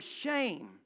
shame